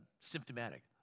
symptomatic